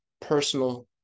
personal